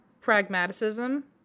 pragmatism